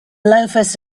loafers